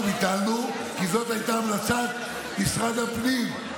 אנחנו ביטלנו, כי זו הייתה המלצת משרד הפנים.